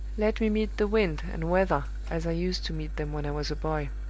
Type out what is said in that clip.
let me meet the wind and weather as i used to meet them when i was a boy